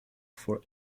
for